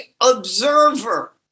observer